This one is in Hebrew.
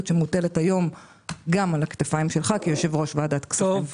שמוטלת היום גם על הכתפיים שלך כיושב-ראש ועדת הכספים.